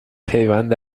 پیوند